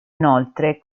inoltre